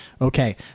Okay